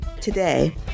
Today